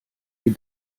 sie